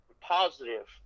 positive